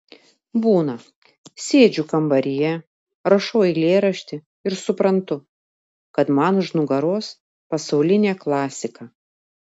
būna sėdžiu kambaryje rašau eilėraštį ir suprantu kad man už nugaros pasaulinė klasika